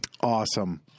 Awesome